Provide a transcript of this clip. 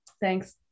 Thanks